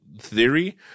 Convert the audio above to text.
theory